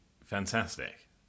fantastic